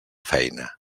feina